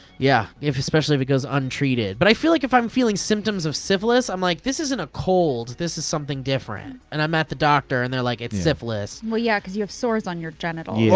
yeah, especially if it goes untreated. but i feel like if i'm feeling symptoms of syphilis i'm like, this isn't a cold, this is something different. and i'm at the doctor and they're like, it's syphilis. well yeah, cause you have sores on your genitals. yeah.